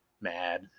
mad